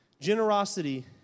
Generosity